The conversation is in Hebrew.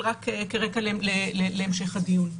אבל אני רק שמה את זה כרקע להמשך הדיון.